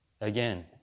Again